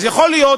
אז יכול להיות,